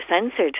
censored